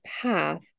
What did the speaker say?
path